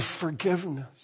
forgiveness